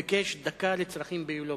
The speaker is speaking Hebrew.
הוא ביקש דקה לצרכים ביולוגיים.